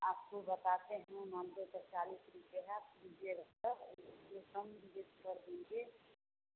आपको बताते हैं हमकों तो चालीस रुपए है आप लीजिएगा तो उसमें कम कर देंगे